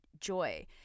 joy